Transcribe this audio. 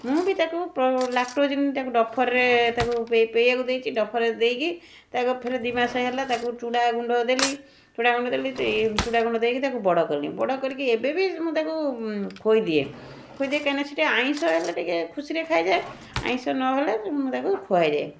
ମୁଁ ବି ତାକୁ ପ ଲାକ୍ଟୋଜିନ୍ ତାକୁ ଡ୍ରପର୍ରେ ତାକୁ ପିଇବାକୁ ଦେଇଛି ଡ୍ରପର୍ରେ ଦେଇକି ତାକୁ ଫେର୍ ଦୁଇମାସ ହେଲା ତାକୁ ଚୁଡ଼ା ଗୁଣ୍ଡ ଦେଲି ଚୁଡ଼ା ଗୁଣ୍ଡ ଦେଲି ତ ୟେ ଚୁଡ଼ା ଗୁଣ୍ଡ ଦେଇକି ତାକୁ ବଡ଼ କଲି ବଡ଼ କରିକି ଏବେ ବି ମୁଁ ତାକୁ ଖୋଇଦିଏ ଖୋଇଦିଏ କାହିଁକିନା ସେ ଟିକିଏ ଆଇଁଷ ହେଲେ ଟିକିଏ ଖୁସିରେ ଖାଇଯାଏ ଆଇଁଷ ନହେଲେ ମୁଁ ତାକୁ ଖୁଆଇଦିଏ